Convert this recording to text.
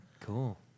cool